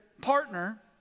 partner